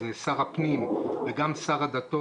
זה שר הפנים וגם שר הדתות,